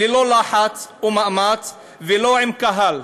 ללא לחץ או מאמץ וללא קהל.